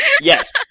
Yes